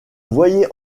voyez